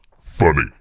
funny